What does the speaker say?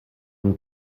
him